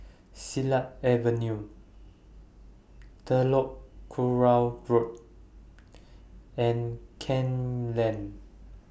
Silat Avenue Telok Kurau Road and Kew Lane